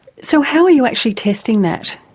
so how are you actually testing that?